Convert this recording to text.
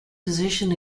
position